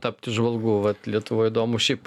tapti žvalgu vat lietuvoj įdomu šiaip